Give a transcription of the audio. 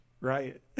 Right